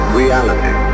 reality